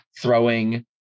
throwing